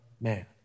man